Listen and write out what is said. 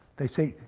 they say,